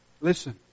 Listen